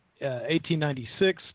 1896